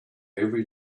every